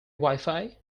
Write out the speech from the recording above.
wifi